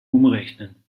umrechnen